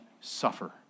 suffer